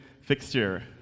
fixture